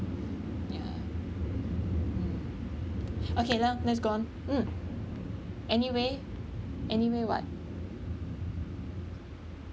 ya mm okay now let's go on mm anyway anyway [what]